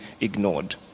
ignored